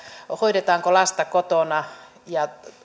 hoidetaanko lasta kotona ja